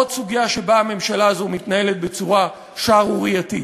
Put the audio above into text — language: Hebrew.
עוד סוגיה שבה הממשלה הזו מתנהלת בצורה שערורייתית.